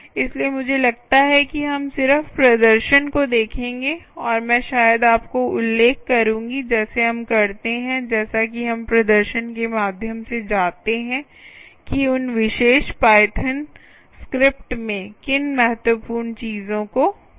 इसलिए मुझे लगता है कि हम सिर्फ प्रदर्शन को देखेंगे और मैं शायद आपको उल्लेख करूंगी जैसे हम करते हैं जैसा कि हम प्रदर्शन के माध्यम से जाते हैं कि उन विशेष पाइथन स्क्रिप्ट में किन महत्वपूर्ण चीजों को देखना है